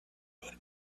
good